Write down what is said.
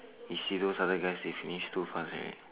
you see those other guys they finish too fast already